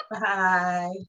Bye